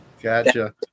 gotcha